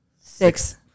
Six